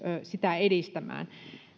sitä edistämään